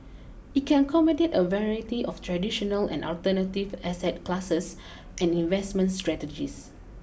it can accommodate a variety of traditional and alternative asset classes and investment strategies